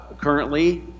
currently